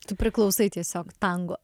tu priklausai tiesiog tango